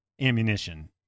ammunition